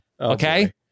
okay